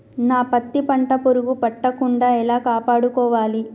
నా పత్తి పంట పురుగు పట్టకుండా ఎలా కాపాడుకోవాలి?